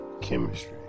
chemistry